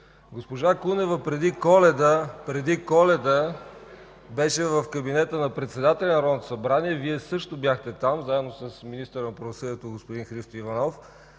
Госпожа Кунева преди Коледа беше в кабинета на председателя на Народното събрание. Вие също бяхте там заедно с министъра на правосъдието господин Христо Иванов.